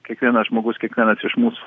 kiekvienas žmogus kiekvienas iš mūsų